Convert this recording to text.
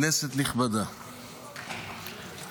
כנסת נכבדה,